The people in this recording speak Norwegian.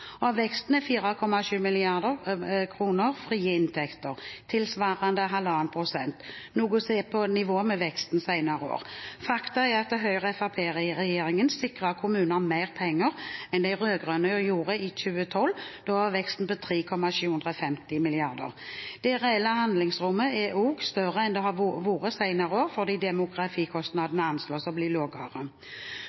kr. Av veksten er 4,7 mrd. kr frie inntekter, tilsvarende 1,5 pst., noe som er på nivå med veksten senere år. Faktum er at Høyre–Fremskrittsparti-regjeringen sikrer kommunene mer penger enn den rød-grønne gjorde i 2012. Da var veksten på 3,750 mrd. kr. Det reelle handlingsrommet er også større enn det har vært senere år fordi